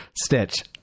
Stitch